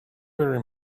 very